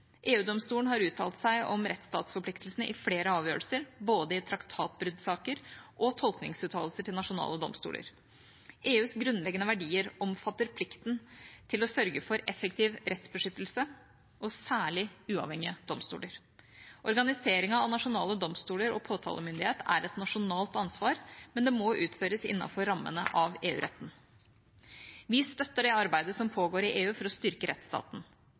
har uttalt seg om rettsstatsforpliktelsene i flere avgjørelser, både i traktatbruddsaker og tolkningsuttalelser til nasjonale domstoler. EUs grunnleggende verdier omfatter plikten til å sørge for effektiv rettsbeskyttelse, og særlig uavhengige domstoler. Organiseringen av nasjonale domstoler og påtalemyndighet er et nasjonalt ansvar, men det må utføres innenfor rammene av EU-retten. Vi støtter det arbeidet som pågår i EU for å styrke rettsstaten.